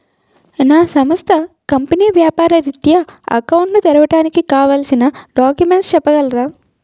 నా సంస్థ కంపెనీ వ్యాపార రిత్య అకౌంట్ ను తెరవడానికి కావాల్సిన డాక్యుమెంట్స్ చెప్పగలరా?